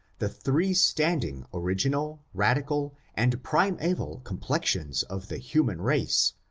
the three standing original, radical, and primeval complexions of the human race,